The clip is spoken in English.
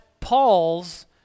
Paul's